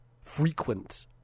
frequent